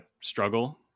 struggle